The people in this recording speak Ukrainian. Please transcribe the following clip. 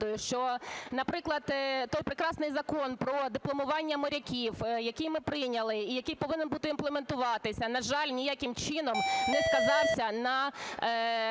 що, наприклад, той прекрасний Закон про дипломування моряків, який ми прийняли і який повинен буде імплементуватися, на жаль, ніяким чином не сказався на